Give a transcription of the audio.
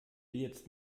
jetzt